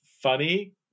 funny